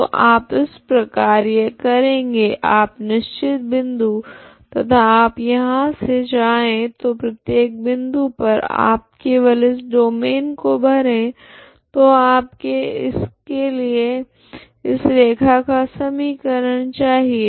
तो आप इस प्रकार यह करेगे आप निश्चित बिंदु तथा आप यहाँ से जाए तो प्रत्येक बिंदु पर आप केवल इस डोमैन को भरे तो आपको इसके लिए इस रैखा का समीकरण चाहिए